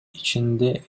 ичинде